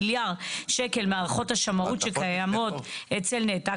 מיליארד שקל מהערכות השמאות שקיימות אצל נת"ע,